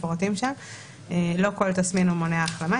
לא כל תסמין מונע החלמה.